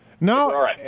No